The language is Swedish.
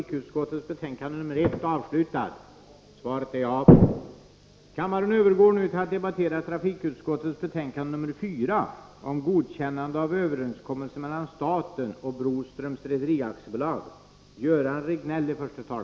Kammaren övergår nu till att debattera trafikutskottets betänkande 4 om godkännande av överenskommelse mellan staten och Broströms Rederi AB.